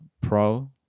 pro